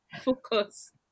Focus